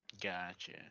Gotcha